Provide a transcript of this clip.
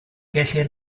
gellir